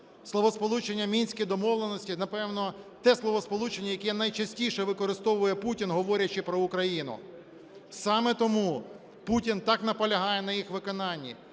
Словосполучення "Мінські домовленості", напевно, – те словосполучення, яке найчастіше використовує Путін, говорячи про Україну. Саме тому Путін так наполягає на їх виконанні,